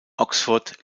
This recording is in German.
oxford